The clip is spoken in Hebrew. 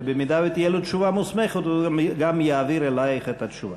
ובמידה שתהיה לו תשובה מוסמכת הוא גם יעביר אלייך את התשובה.